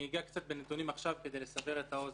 אני אגע בנתונים עכשיו כדי לסבר את האוזן.